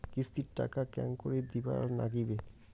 কিস্তির টাকা কেঙ্গকরি দিবার নাগীবে?